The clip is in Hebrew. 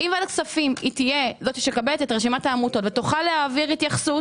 הכספים תהיה זאת שמקבלת את רשימת העמותות ותוכל להעביר התייחסות,